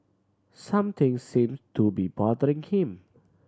something seem to be bothering him